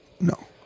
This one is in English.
No